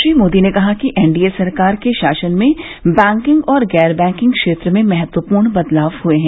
श्री मोदी ने कहा कि एनडीए सरकार के शासन में बैकिंग और गैर बैकिंग क्षेत्र में महत्वपूर्ण बदलाव हुए हैं